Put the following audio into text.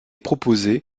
proposés